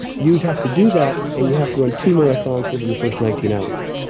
you'd have to do that and you have to run two marathons within the first nineteen hours